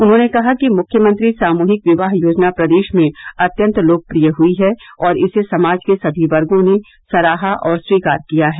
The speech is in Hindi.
उन्होंने कहा कि मुख्यमंत्री सामूहिक विवाह योजना प्रदेश में अत्यन्त लोकप्रिय हयी है और इसे समाज के समी वर्गों ने सराहा और स्वीकार किया है